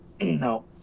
no